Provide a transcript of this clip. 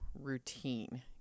routine